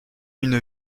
une